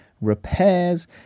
repairs